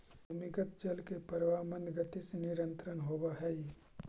भूमिगत जल के प्रवाह मन्द गति से निरन्तर होवऽ हई